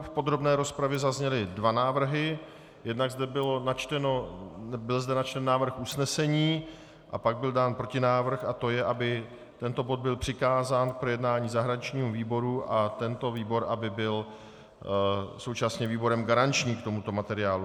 V podrobné rozpravě zazněly dva návrhy jednak zde byl načten návrh usnesení a pak byl dán protinávrh a to je, aby tento bod byl přikázán k projednání zahraničnímu výboru a tento výbor aby byl současně výborem garančním k tomuto materiálu.